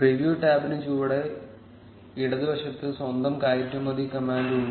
preview ടാബിന് ചുവടെ ഇടതുവശത്ത് സ്വന്തം കയറ്റുമതി കമാൻഡ് ഉണ്ട്